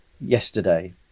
yesterday